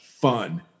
Fun